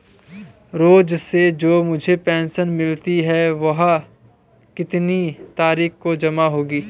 रोज़ से जो मुझे पेंशन मिलती है वह कितनी तारीख को जमा होगी?